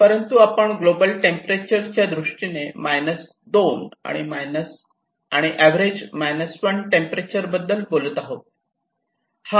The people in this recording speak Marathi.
परंतु आपण ग्लोबल टेंपरेचर त्यादृष्टीने मायनस 2 आणि अवरेज मायनस 1 टेंपरेचर बद्दल बोलत आहोत